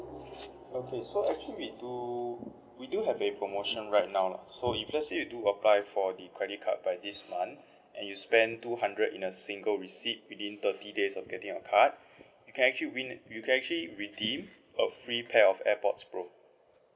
okay so actually we do we do have a promotion right now so if let's say you do apply for the credit card by this month and you spend two hundred in a single receipt within thirty days of getting your card you can actually win you can actually redeem a free pair of airpods pro